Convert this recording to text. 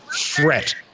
fret